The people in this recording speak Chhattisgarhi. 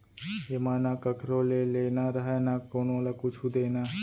एमा न कखरो ले लेना रहय न कोनो ल कुछु देना